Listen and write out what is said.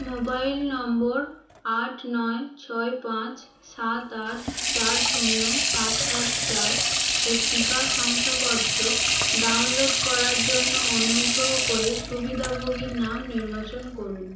mobile নম্বর আট নয় ছয় পাঁচ সাত আট চার শূন্য সাত সাত চার এর টিকা শংসাপত্র ডাউনলোড করার জন্য অনুগ্রহ করে সুবিধাভোগীর নাম নির্বাচন করুন